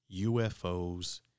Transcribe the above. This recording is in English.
UFOs